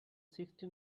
sixty